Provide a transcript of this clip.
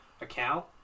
account